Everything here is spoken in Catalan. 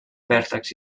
vèrtex